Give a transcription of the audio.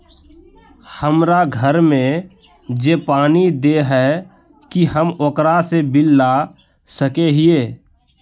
हमरा घर में जे पानी दे है की हम ओकरो से बिल ला सके हिये?